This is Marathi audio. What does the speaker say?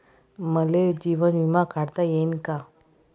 मले जीवन बिमा काढता येईन का?